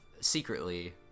secretly